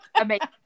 amazing